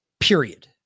Period